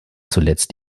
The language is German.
zuletzt